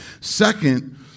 Second